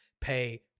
pay